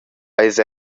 eis